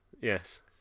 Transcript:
yes